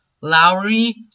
Lowry